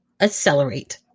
accelerate